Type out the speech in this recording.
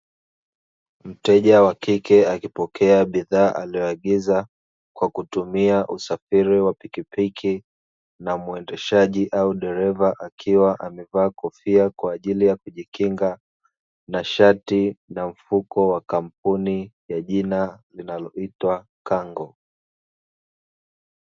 Mteja wa kike akipokea bidhaa aliyoagiza, kwa kutumia usafiri wa pikipiki na mwendeshaji au dereva akiwa amevaa kofia kwa ajili ya kujikinga, na shati lenye mfuko wa kampuni ya jina linaloitwa "Kango".